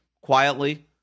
Quietly